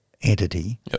entity